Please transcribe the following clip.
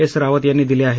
S Rawat यांनी दिली आहे